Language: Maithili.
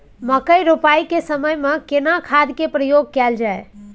मकई रोपाई के समय में केना खाद के प्रयोग कैल जाय?